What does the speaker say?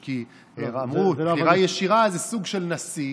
כי אמרו: בחירה ישירה זה סוג של נשיא,